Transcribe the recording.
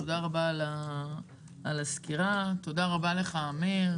תודה רבה על הסקירה, תודה רבה לך, אמיר